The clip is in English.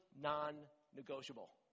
non-negotiable